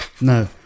No